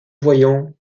voyant